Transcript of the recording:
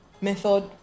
method